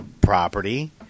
property